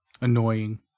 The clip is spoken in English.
Annoying